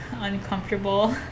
uncomfortable